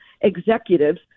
executives